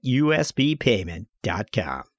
usbpayment.com